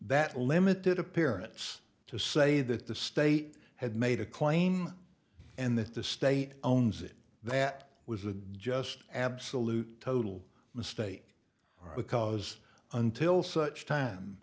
that limited appearance to say that the state had made a claim and that the state owns it that was a just absolute total mistake because until such time